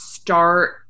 Start